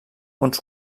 uns